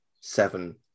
seven